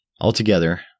Altogether